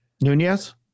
Nunez